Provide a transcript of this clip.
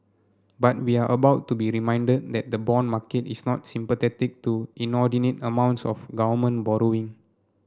but we are about to be reminded that the bond market is not sympathetic to inordinate amounts of government borrowing